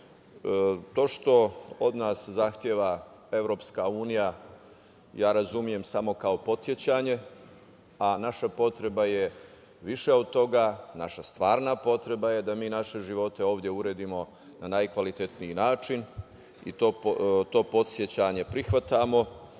što od nas zahteva EU razumem kao podsećanje, a naša potreba je više od toga, naša stvarna potreba je da mi naše živote ovde uredimo na najkvalitetniji način, i to podsećanje prihvatamo,